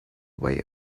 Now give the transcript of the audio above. way